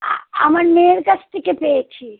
আ আমার মেয়ের কাছ থেকে পেয়েছি